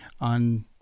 on